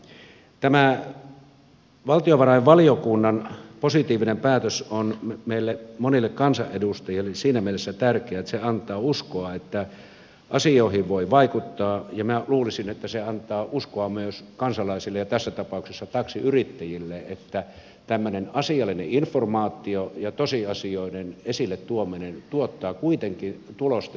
tämä valtiovarainvaliokunnan positiivinen päätös on meille monille kansanedustajille siinä mielessä tärkeä että se antaa uskoa että asioihin voi vaikuttaa ja minä luulisin että se antaa uskoa myös kansalaisille ja tässä tapauksessa taksiyrittäjille että tämmöinen asiallinen informaatio ja tosiasioiden esille tuominen tuottaa kuitenkin tulosta